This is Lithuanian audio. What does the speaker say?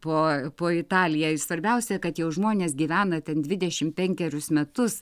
po po italiją ir svarbiausia kad jau žmonės gyvena ten dvidešim penkerius metus